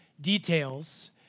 details